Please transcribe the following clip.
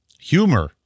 Humor